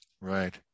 Right